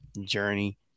journey